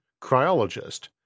Cryologist